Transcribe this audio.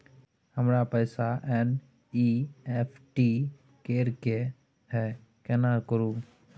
हमरा पैसा एन.ई.एफ.टी करे के है केना करू?